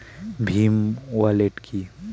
Bhim wallet কি?